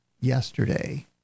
yesterday